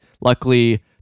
luckily